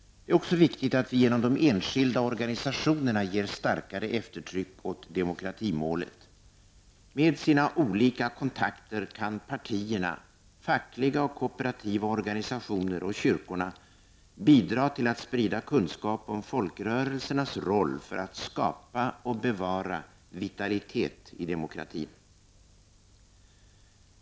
Det är också viktigt att vi genom de enskilda organisationerna ger starkare eftertryck åt demokratimålet. Med sina olika kontakter kan partierna, fackliga och kooperativa organisationer samt kyrkorna bidra till att sprida kunskap om folkrörelsernas roll för att skapa och bevara vitalitet i demokratin.